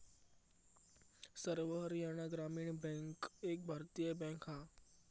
सर्व हरयाणा ग्रामीण बॅन्क एक भारतीय बॅन्क हा